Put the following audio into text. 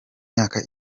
myaka